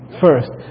First